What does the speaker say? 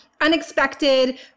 unexpected